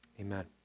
Amen